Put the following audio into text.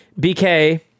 BK